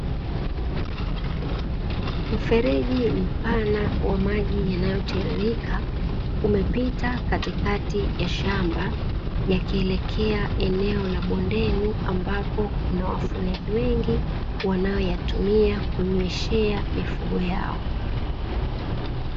Mfereji mpana wa maji yanayo tiririka umepita katikati ya shamba yakielekea eneo la bondeni ambapo kuna wafugaji wengi wanao yatumia kunyweshea mifugo yao.